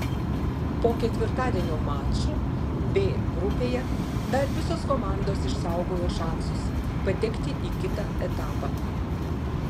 po ketvirtadienio mačų b grupėje dar visos komandos išsaugojo šansus patekti į kitą etapą